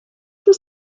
was